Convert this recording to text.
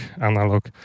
analog